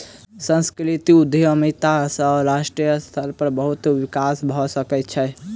सांस्कृतिक उद्यमिता सॅ राष्ट्रीय स्तर पर बहुत विकास भ सकै छै